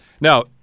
Now